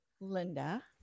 Linda